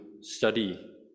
study